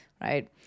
right